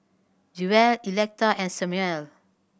Jewell Electa and Samuel